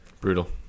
brutal